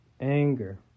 Anger